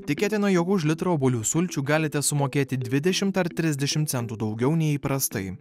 tikėtina jog už litrą obuolių sulčių galite sumokėti dvidešimt ar trisdešimt centų daugiau nei įprastai